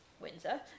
windsor